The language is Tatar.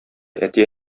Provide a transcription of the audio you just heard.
әти